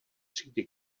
třídy